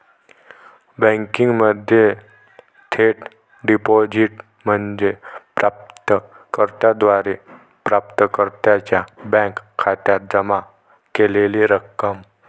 बँकिंगमध्ये थेट डिपॉझिट म्हणजे प्राप्त कर्त्याद्वारे प्राप्तकर्त्याच्या बँक खात्यात जमा केलेली रक्कम